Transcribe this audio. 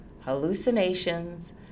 hallucinations